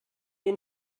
ihn